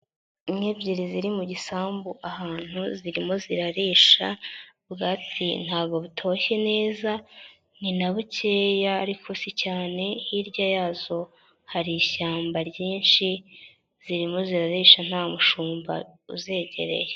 Inka ebyiri ziri mu gisambu ahantu zirimo zirarisha ubwatsi ntago butoshye neza, ni na bukeya ariko si cyane hirya yazo hari ishyamba ryinshi, zirimo zirarisha nta mushumba uzegereye.